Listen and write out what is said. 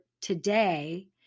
today